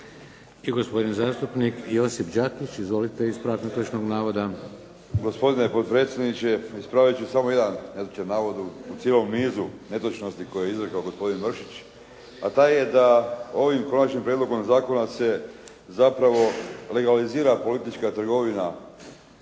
I gospodin zastupnik Josip Đakić, izvolite ispravak netočnog navoda. **Đakić, Josip (HDZ)** Gospodine potpredsjedniče ispraviti ću samo jedan netočan navod u cijelom nizu netočnosti koje je izrekao gospodin Mršić, a taj je da ovim konačnim prijedlogom zakona zapravo se legalizira politička trgovina.